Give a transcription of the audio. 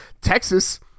Texas